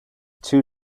two